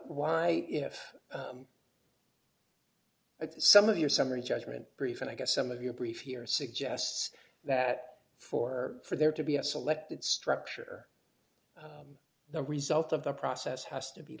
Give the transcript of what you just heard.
why if some of your summary judgment brief and i get some of your brief here suggests that for for there to be a selected structure the result of the process has to be